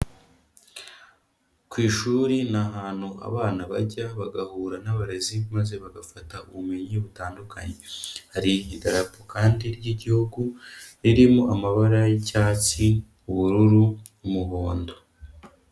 Ku ishuri ni ahantu abana bajya bagahura n'abarezi, maze bagafata ubumenyi butandukanye, hari idarapo kandi ry'igihugu, ririmo amabara y'icyatsi, ubururu, umuhondo.